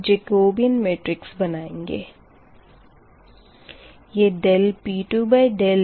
अब Jacobian matrix बनाएँगे